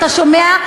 אתה שומע?